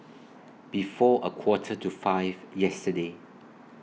before A Quarter to five yesterday